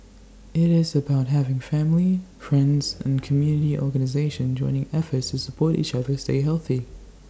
IT is about having family friends and community organisations joining efforts to support each other stay healthy